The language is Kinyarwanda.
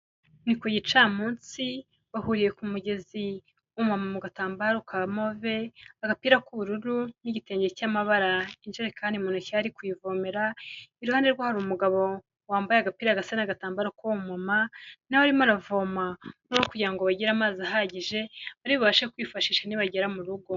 Ni ku gicamunsi bahuriye ku mugezi umumama w'agatambaro ka move, agapira k'ubururu n'igitenge cy'amabara, injerekani mu ntoki ari kuyivomera, iruhande rwe hari umugabo wambaye agapira gasa n'agatambaro k'uwo mu mama, nawe arimo aravoma kugira ngo bagire amazi ahagije bari bubashe kwifashisha nibagera mu rugo.